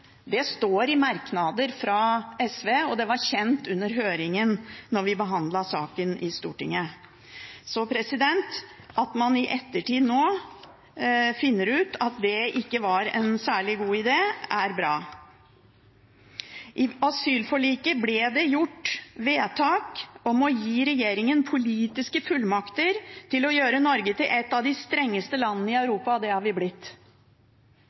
Det står i merknader fra SV, og det var kjent under høringen da vi behandlet saken i Stortinget. At man nå i ettertid finner ut at det ikke var en særlig god idé, er bra. I asylforliket ble det fattet vedtak om å gi regjeringen politiske fullmakter til å gjøre Norge til et av de strengeste landene i Europa, og det har vi blitt.